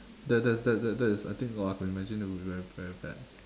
that that that that that is I think !wah! I could imagine that would be very very bad